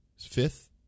Fifth